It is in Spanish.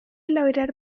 lograr